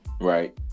Right